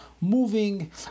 moving